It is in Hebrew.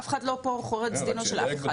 אף אחד פה לא חורץ את דינו של אף אחד.